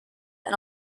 and